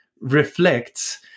reflects